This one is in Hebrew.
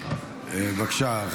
בבקשה.